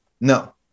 No